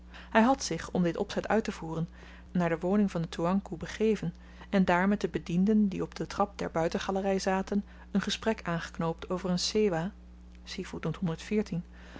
hy had zich om dit opzet uittevoeren naar de woning van den toeankoe begeven en daar met de bedienden die op den trap der buitengalery zaten een gesprek aangeknoopt over een sewah